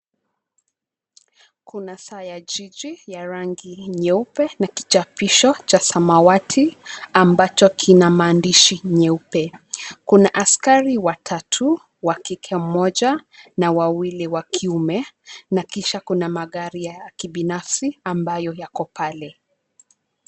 Kuna saa ya jiji ya rangi nyeupe na kichapo cha samawati ambacho kina maandishi nyeupe. Kuna askari watatu, wa kike mmoja na wawili wa kiume na kisha kuna magari ya kibinafsi ambayo yako pale.